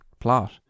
plot